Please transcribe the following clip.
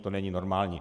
To není normální.